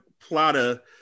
Plata